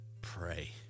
pray